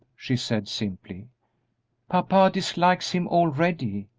she said, simply papa dislikes him already,